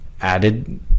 added